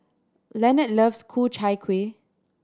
Lenard loves Ku Chai Kuih